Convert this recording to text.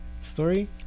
story